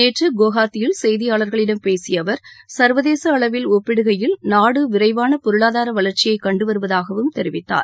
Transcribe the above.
நேற்ற குவஹாத்தியில் செய்தியாளர்களிடம் பேசிய அவர் சர்வதேச அளவில் ஒப்பிடுகையில் நாடு விரைவ வளர்ச்சியை கண்டுவருவதாகவும் தெரிவித்தார்